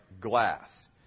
glass